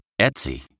Etsy